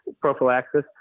prophylaxis